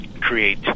create